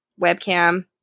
webcam